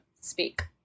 speak